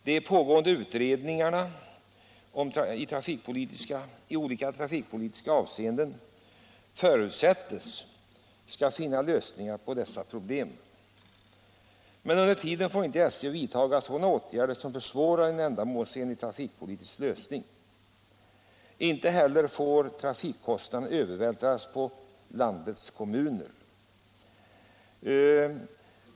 De pågående utredningarna i olika trafikpolitiska avseenden förutsätts finna lösningar på dessa problem. Men under tiden får inte SJ vidtaga åtgärder som försvårar en ändamålsenlig trafikpolitisk lösning. Inte heller får trafikkostnaderna övervältras på landets kommuner.